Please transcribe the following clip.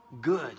good